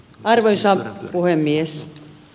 arvoisa puhemies